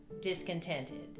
discontented